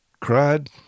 cried